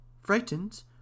Frightened